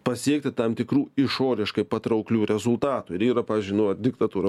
pasiekti tam tikrų išoriškai patrauklių rezultatų ir yra pavyzdžiui diktatūra